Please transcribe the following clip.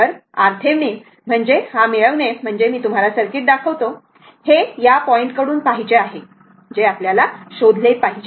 तर RThevenin म्हणजे Thevenin मिळविणे म्हणजे मी तुम्हाला सर्किट दाखवितो हे या पॉईंट कडून पाहायचे आहे जे आपल्याला शोधले पाहिजे